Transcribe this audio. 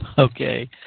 Okay